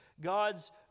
God's